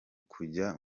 kujya